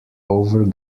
over